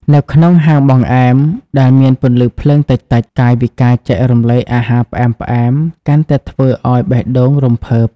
នៅក្នុងហាងបង្អែមដែលមានពន្លឺភ្លើងតិចៗ កាយវិការចែករំលែកអាហារផ្អែមៗកាន់តែធ្វើឱ្យបេះដូងរំភើប។